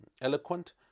eloquent